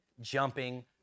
jumping